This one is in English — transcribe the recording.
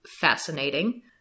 fascinating